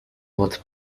water